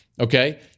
Okay